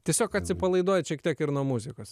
tiesiog atsipalaiduojat šiek tiek ir nuo muzikos